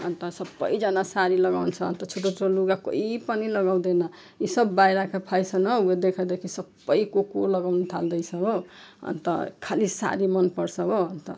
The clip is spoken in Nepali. अनि त सबैजना साडी लगाउँछ अनि त छोटो छोटो लुगा कोही पनि लगाउँदैन यी सब बाहिरको फेसन हो अब देखादेखी सबै को को लगाउनु थाल्दै छ हो अनि त खाली साडी मन पर्छ हो अनि त